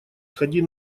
ходи